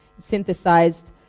synthesized